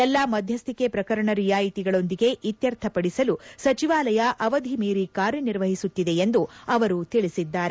ಎಲ್ಲಾ ಮಧ್ಯಸ್ವಿಕೆ ಪ್ರಕರಣ ರಿಯಾಯಿತಿಗಳೊಂದಿಗೆ ಇತ್ಯರ್ಥ ಪಡಿಸಲು ಸಚಿವಾಲಯ ಅವಧಿ ಮೀರಿ ಕಾರ್ಯನಿರ್ವಹಿಸುತ್ತಿದೆ ಎಂದು ತಿಳಿಸಿದ್ದಾರೆ